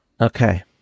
Okay